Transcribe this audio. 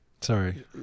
Sorry